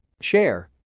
Share